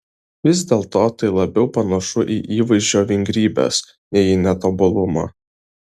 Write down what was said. vis dėlto tai labiau panašu į įvaizdžio vingrybes nei į netobulumą